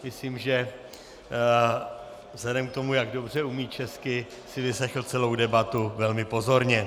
Myslím, že vzhledem k tomu, jak dobře umí česky, si vyslechl celou debatu velmi pozorně.